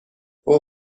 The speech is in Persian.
اوه